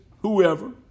whoever